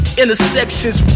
intersections